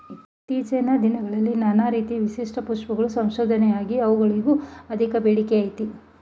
ಇತ್ತೀಚಿನ ದಿನದಲ್ಲಿ ನಾನಾ ರೀತಿ ವಿಶಿಷ್ಟ ಪುಷ್ಪಗಳ ಸಂಶೋಧನೆಯಾಗಿದೆ ಅವುಗಳಿಗೂ ಅಧಿಕ ಬೇಡಿಕೆಅಯ್ತೆ